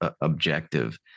objective